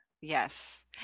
Yes